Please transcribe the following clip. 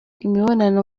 imibonano